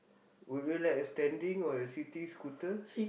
would you like standing or sitting scooter